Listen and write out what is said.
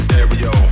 Stereo